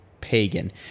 pagan